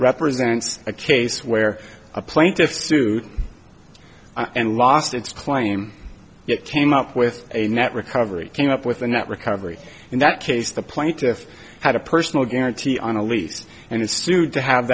represents a case where a plaintiff sued and lost its claim that came up with a net recovery came up with a net recovery in that case the plaintiff had a personal guarantee on a lease and sued to have